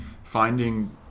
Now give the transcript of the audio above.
finding